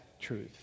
truth